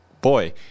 boy